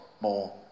more